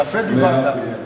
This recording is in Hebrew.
יפה דיברת.